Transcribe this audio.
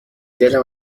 دلم